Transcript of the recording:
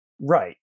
Right